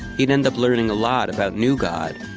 he'd end up learning a lot about new god.